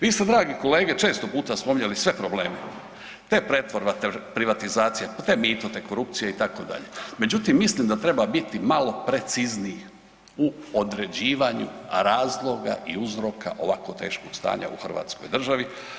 Vi ste dragi kolege često puta spominjali sve probleme, te pretvorba, te privatizacija, te mito, te korupcija itd., međutim mislim da treba biti malo precizniji u određivanju razloga i uzroka ovako teškog stanja u hrvatskoj državi.